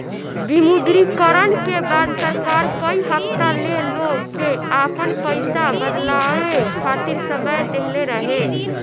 विमुद्रीकरण के बाद सरकार कई हफ्ता ले लोग के आपन पईसा बदलवावे खातिर समय देहले रहे